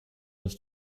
was